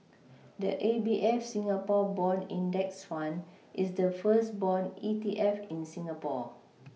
the A B F Singapore bond index fund is the first bond E T F in Singapore